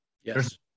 Yes